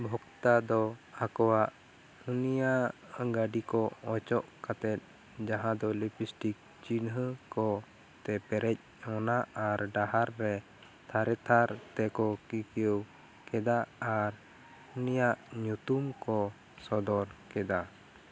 ᱵᱷᱚᱠᱛᱟ ᱫᱚ ᱟᱠᱚᱣᱟᱜ ᱩᱱᱤᱭᱟᱹ ᱜᱟᱹᱰᱤ ᱠᱚ ᱚᱪᱚᱜ ᱠᱟᱛᱮᱜ ᱡᱟᱦᱟᱸ ᱫᱚ ᱞᱤᱵᱤᱥᱴᱤᱠ ᱪᱤᱱᱦᱟᱹᱣ ᱠᱚ ᱛᱮ ᱯᱮᱨᱮᱡ ᱚᱱᱟ ᱟᱨ ᱰᱟᱦᱟᱨ ᱨᱮ ᱛᱷᱟᱨᱮ ᱛᱷᱟᱨ ᱛᱮᱠᱚ ᱠᱤᱠᱤᱭᱟᱹᱣ ᱠᱮᱫᱟ ᱟᱨ ᱩᱱᱤᱭᱟᱜ ᱧᱩᱛᱩᱢ ᱠᱚ ᱥᱚᱫᱚᱨ ᱠᱮᱫᱟ